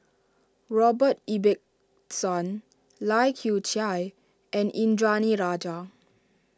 Robert Ibbetson Lai Kew Chai and Indranee Rajah